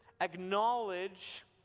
acknowledge